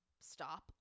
stop